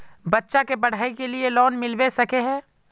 बच्चा के पढाई के लिए लोन मिलबे सके है?